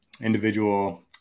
individual